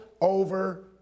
over